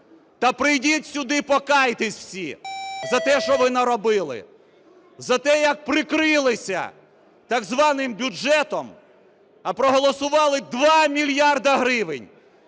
Та прийдіть сюди, покайтесь усі за те, що ви наробили! За те, як прикрилися так званим бюджетом, а проголосували 2 мільярди гривень.